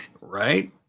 Right